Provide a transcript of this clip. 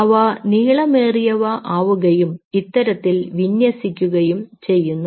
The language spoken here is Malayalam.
അവ നീളമേറിയവ ആവുകയും ഇത്തരത്തിൽ വിന്യസിക്കുകയും ചെയ്യുന്നു